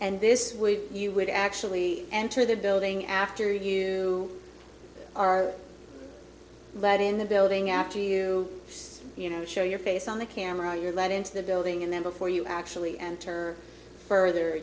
and this would you would actually enter the building after you are let in the building after you you know show your face on the camera you're let into the building and then before you actually enter further